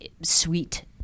sweet